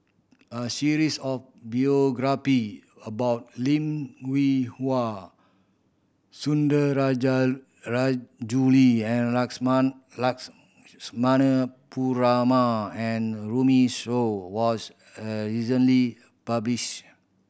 a series of biography about Lim Hwee Hua Perumal and Runme Shaw was a recently published